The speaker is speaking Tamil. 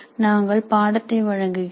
நாங்கள் பாடத்தை வழங்குகிறோம்